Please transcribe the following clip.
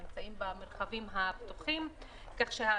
שנמצאים במרחבים הפתוחים,